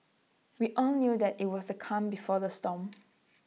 we all knew that IT was the calm before the storm